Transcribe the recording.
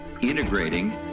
integrating